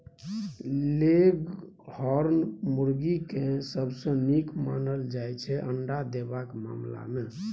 leghorn मुरगी केँ सबसँ नीक मानल जाइ छै अंडा देबाक मामला मे